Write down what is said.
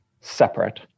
separate